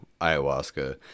ayahuasca